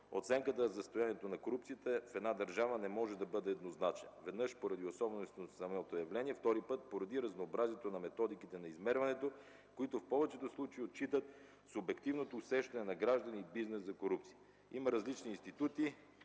Оценката за състоянието на корупцията в една държава не може да бъде еднозначна, веднъж поради особеностите на самото явление, и втори път – поради разнообразието на методиките на измерването, които в повечето случаи отчитат субективното усещане на граждани и бизнес за корупция. Има различни институти